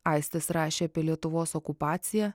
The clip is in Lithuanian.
aistis rašė apie lietuvos okupaciją